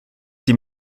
die